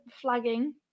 flagging